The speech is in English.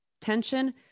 tension